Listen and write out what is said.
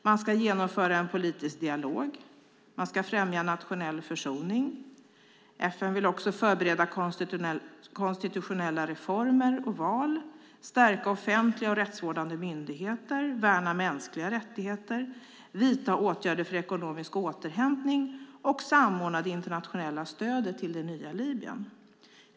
Man ska genomföra en politisk dialog och främja nationell försoning. FN vill också förbereda konstitutionella reformer och val, stärka offentliga och rättsvårdande myndigheter, värna mänskliga rättigheter, vidta åtgärder för ekonomisk återhämtning och samordna det internationella stödet till det nya Libyen.